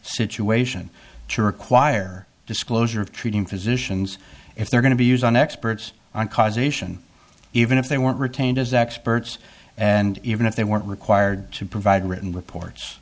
situation to require disclosure of treating physicians if they're going to use on experts on causation even if they weren't retained as experts and even if they weren't required to provide written reports